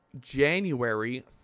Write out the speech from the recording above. january